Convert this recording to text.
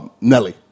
Nelly